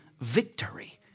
victory